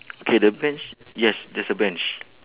okay the bench yes there's a bench